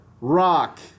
rock